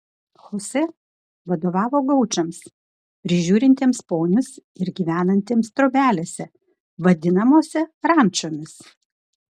chosė vadovavo gaučams prižiūrintiems ponius ir gyvenantiems trobelėse vadinamose rančomis